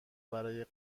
برای